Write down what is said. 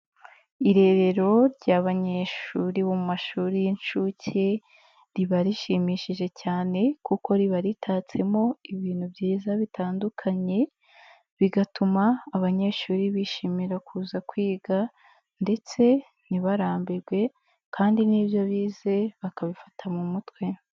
Irerero ry'abanyeshuri bo mu mashuri y'inshuke riba rishimishije cyane kuko riba ritatsemo ibintu byiza bitandukanye bigatuma abanyeshuri bishimira kuza kwiga ndetse ntibarambirwe kandi n'ibyo bize bakabifata mu mutwe.